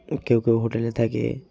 কেউ কেউ হোটেলে থাকে